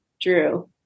drew